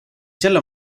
selle